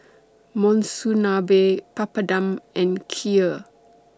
Monsunabe Papadum and Kheer